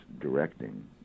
directing